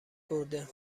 برده